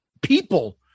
people